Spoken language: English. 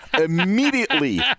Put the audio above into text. immediately